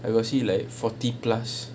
I got see like forty plus